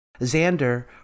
Xander